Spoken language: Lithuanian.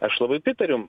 aš labai pritariu